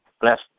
Bless